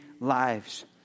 lives